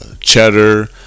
cheddar